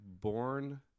born